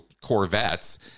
Corvettes